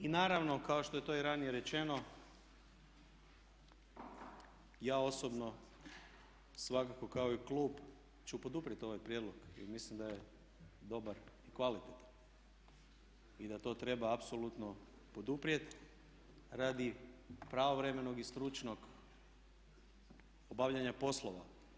I naravno, kao što je to i ranije rečeno, ja osobno svakako kao i klub ću poduprijeti ovaj prijedlog jer mislim da je dobar, kvalitetan i da to treba apsolutno poduprijeti radi pravovremenog i stručnog obavljanja poslova.